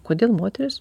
kodėl moterys